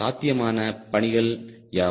சாத்தியமான பணிகள் யாவை